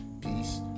peace